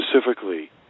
specifically